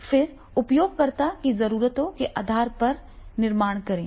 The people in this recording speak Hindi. फिर उपयोगकर्ता की जरूरतों के आधार पर बिंदु का निर्माण करें